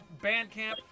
Bandcamp